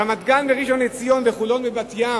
רמת-גן, ראשון-לציון, חולון ובת-ים,